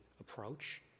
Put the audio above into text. approach